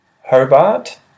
Hobart